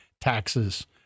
taxes